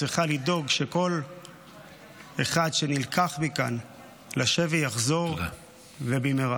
שצריכה לדאוג שכל אחד שנלקח מכאן לשבי יחזור ובמהרה.